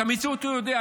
את המציאות הוא יודע,